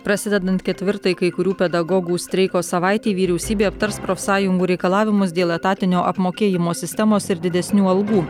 prasidedant ketvirtai kai kurių pedagogų streiko savaitei vyriausybė aptars profsąjungų reikalavimus dėl etatinio apmokėjimo sistemos ir didesnių algų